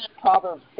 Proverbs